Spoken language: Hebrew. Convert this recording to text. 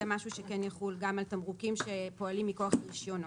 זה משהו שכן יחול גם על תמרוקים שפועלים מכוח הרישיונות.